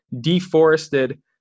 deforested